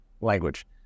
language